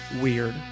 weird